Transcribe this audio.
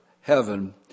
Heaven